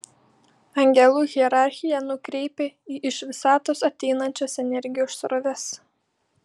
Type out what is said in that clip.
angelų hierarchija nukreipia į iš visatos ateinančias energijos sroves